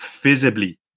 visibly